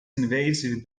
invasive